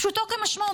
פשוטו כמשמעו,